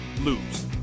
lose